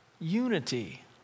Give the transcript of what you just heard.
unity